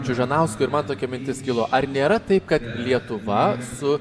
čiužanausko ir man tokia mintis kilo ar nėra taip kad lietuva su